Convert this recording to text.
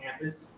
Campus